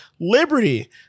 Liberty